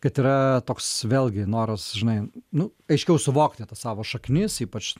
kad yra toks vėlgi noras žinai nu aiškiau suvokti tas savo šaknis ypač